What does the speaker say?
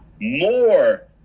more